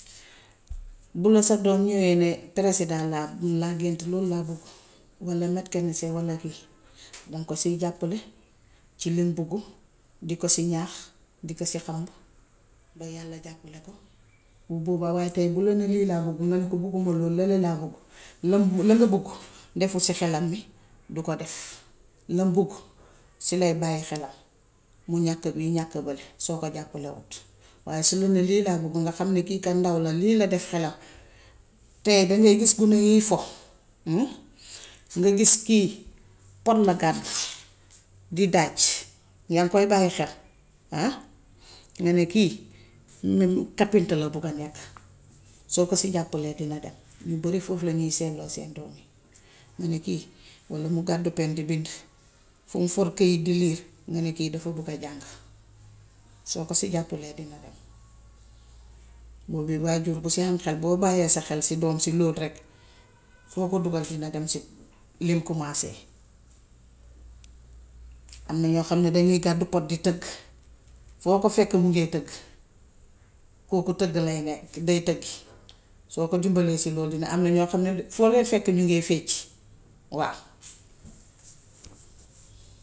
Bu la sa doom ñówee ne peresidaa laa gént, lool laa bëgg walla mekkanisee walla kii daŋ ko siy jàppale si lim buggu, di ko si ñaax, di ko si xamb ba yàlla jàppale ko. Bu boobaa waaye tay bu la nee lii laa buggu nga ne ko bugguma loolu leneen laa buggu, lam la nga buggu defusi xelam, du ko def. Lam buggu si lay bàyyi xelam; mu ñàkk bii, ñàkk bële soo ko jàppelewut. Waaye su la nee lii laa bugg nga xam kii kat ndaw la lii la def xelam, te dangay gis gune yiy fo nga gis kii pon la gàddu di daaj. Yaaŋ koy bàyyi xel nga ne kii kapinta la bugg a nekk. Soo ko si jàppalee dina dem. Ñu bare foofu lañuy seetloo seen doom yi, ñu ne kii walla mu gàddu pen de bind fum for këyit de liir nga ne kii dafa bugg a jàng. Soo ko si jàppalee dina dem. Boo bii waajur bu ci ham xel, boo bàyyee sa xel si doom si lool rekk, foo ko dugal dina dem si lim commencer. Am na ñoo xam ne dañuy gàddu pot di tëgg. Foo ko fekk mu ngee tëgg, koo ku tëgg laay nekk, day tëggi. Soo ko dimbalee si loolu di, am na ñoo xam de foo leen fekk ñi ngee fecc waaw.